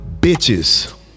bitches